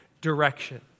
direction